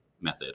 method